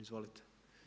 Izvolite.